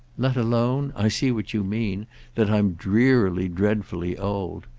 let alone i see what you mean that i'm drearily dreadfully old.